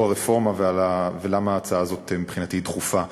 הרפורמה ולמה ההצעה הזאת מבחינתי דחופה.